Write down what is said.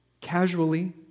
casually